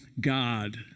God